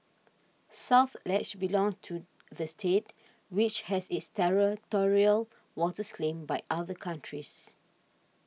South Ledge belonged to the state which has its territorial waters claimed by other countries